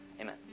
Amen